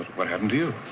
what happened to you?